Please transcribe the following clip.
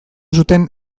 zuten